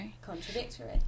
contradictory